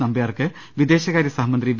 നമ്പ്യാർക്ക് വിദേശകാരൃ സഹമന്ത്രി വി